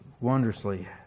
wondrously